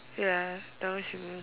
ya that one should be